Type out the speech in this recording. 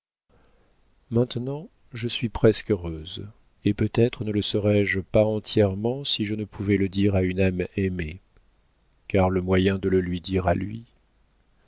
maintenant je suis presque heureuse et peut-être ne le serais-je pas entièrement si je ne pouvais le dire à une âme aimée car le moyen de le lui dire à lui